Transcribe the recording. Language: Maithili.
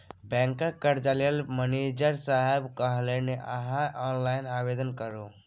बैंकक कर्जा लेल मनिजर साहेब कहलनि अहॅँ ऑनलाइन आवेदन भरू